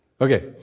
Okay